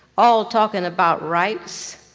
all talking about rights,